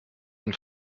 und